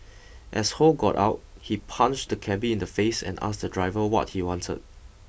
as Ho got out he punched the cabby in the face and asked the driver what he wanted